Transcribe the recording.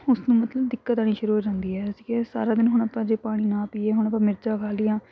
ਉਸਨੂੰ ਮਤਲਬ ਦਿੱਕਤ ਆਉਣੀ ਸ਼ੁਰੂ ਹੋ ਜਾਂਦੀ ਐ ਅਸੀਂ ਕੀ ਆ ਸਾਰਾ ਦਿਨ ਹੁਣ ਆਪਾਂ ਜੇ ਪਾਣੀ ਨਾ ਪੀਈਏ ਹੁਣ ਆਪਾਂ ਮਿਰਚਾਂ ਖਾ ਲਈਆ